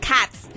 Cats